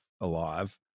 alive